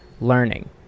learning